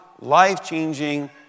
life-changing